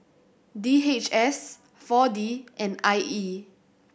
D H S Four D and I E